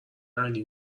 علی